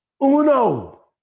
Uno